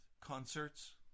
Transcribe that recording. concerts